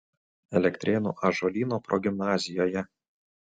elektrėnų ąžuolyno progimnazijoje